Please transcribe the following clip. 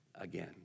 again